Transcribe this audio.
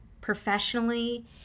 professionally